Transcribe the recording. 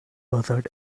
buzzard